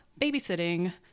babysitting